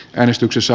järistyksessä